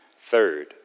third